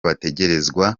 bategerezwa